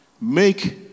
Make